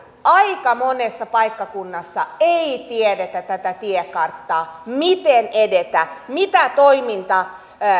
aika monella paikkakunnalla ei tiedetä tätä tiekarttaa miten edetä mitä toimintaa